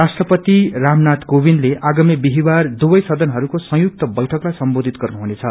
राष्ट्रपति रामनाथ कोविन्दले आगामी विहीवार दुवै सदनहरूको संयुक्त बैठकलाई समेविधत गर्नुहुनेछ